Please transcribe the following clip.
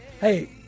Hey